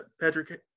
Patrick